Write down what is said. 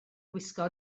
gwisgo